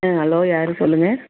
ஆ hello யார் சொல்லுங்கள்